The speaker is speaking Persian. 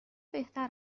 بهتر